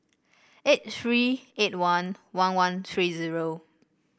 eight three eight one one one three zero